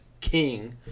King